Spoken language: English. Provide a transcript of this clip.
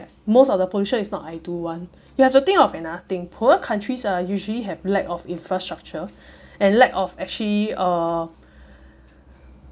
most of the pollution is not I do [one] you have to think of another thing poorer countries are usually have lack of infrastructure and lack of actually uh